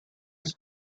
his